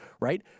Right